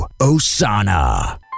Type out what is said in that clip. Osana